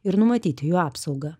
ir numatyti jų apsaugą